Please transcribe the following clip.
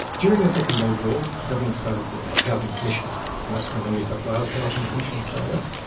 during the second world war, government started setting up housing commissions, and that's when the new south wales housing commission started up.